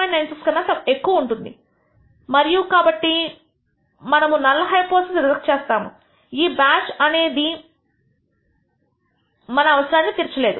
96 కన్నా ఎక్కువ ఉంటుంది మరియు కాబట్టి మనము నల్ హైపోథిసిస్ రిజెక్ట్ చేస్తాము ఈ బ్యాచ్ అనేది మన అవసరాన్ని తీర్చలేదు